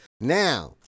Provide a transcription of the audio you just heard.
Now